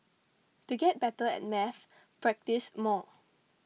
to get better at maths practise more